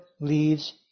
leaves